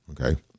okay